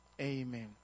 Amen